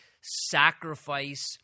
sacrifice